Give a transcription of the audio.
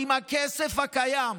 עם הכסף הקיים,